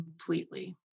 completely